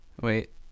Wait